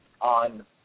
on